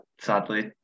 sadly